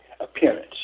appearance